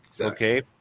Okay